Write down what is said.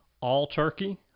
all-turkey